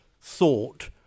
thought